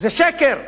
זה שקר.